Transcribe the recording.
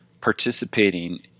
participating